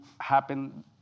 happen